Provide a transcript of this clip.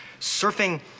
surfing